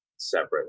separate